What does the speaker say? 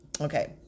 Okay